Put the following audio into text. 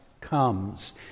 comes